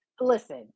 listen